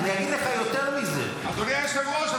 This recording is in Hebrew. אני אגיד לך יותר מזה -- אדוני היושב-ראש,